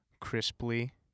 crisply